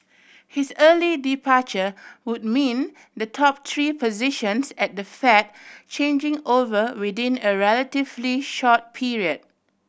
his early departure would mean the top three positions at the Fed changing over within a relatively short period